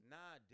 Nah